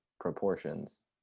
proportions